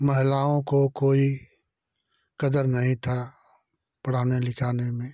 महिलाओं को कोई कदर नहीं था पढ़ाने लिखाने में